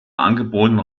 angebotenen